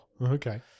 Okay